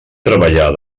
treballar